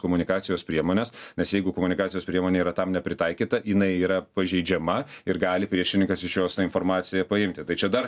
komunikacijos priemonės nes jeigu komunikacijos priemonė yra tam nepritaikyta jinai yra pažeidžiama ir gali priešininkas iš jos tą informaciją paimti tai čia dar